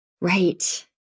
Right